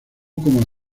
como